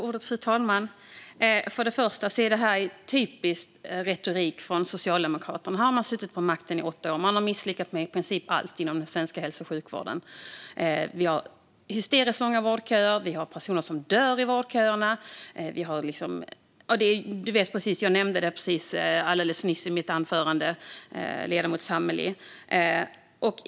Fru talman! Detta är typisk retorik från Socialdemokraterna. Här har man suttit på makten i åtta år. Man har misslyckats med i princip allt inom den svenska hälso och sjukvården. Vi har hysteriskt långa vårdköer. Vi har personer som dör i vårdköerna. Jag nämnde precis detta i mitt anförande, ledamoten Sammeli.